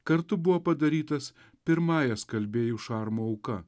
kartu buvo padarytas pirmąja skalbėjų šarmo auka